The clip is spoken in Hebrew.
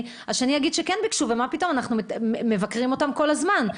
והשני יגיד שכן ביקשו ומבקרים אותם כל הזמן.